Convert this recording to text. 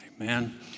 amen